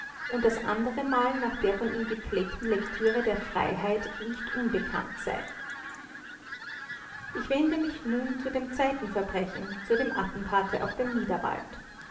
und das anderemal nach der von ihm gepflegten pflegten lektüre der freiheit nicht unbekannt sein ich wende mich nun zu dem zweiten verbrechen zu dem attentate auf dem niederwald